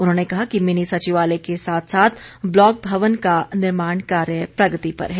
उन्होंने कहा कि मिनी सविचालय के साथ साथ ब्लॉक भवन का निर्माण कार्य प्रगति पर है